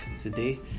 today